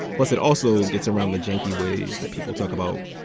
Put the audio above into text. plus, it also gets around the janky ways that people talk about,